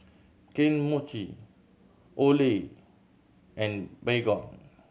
Kane Mochi Olay and Baygon